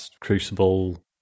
Crucible